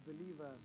believers